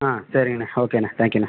ஆ சேரிங்கண்ணா ஓகேண்ணா தேங்க்யூண்ணா